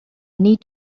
need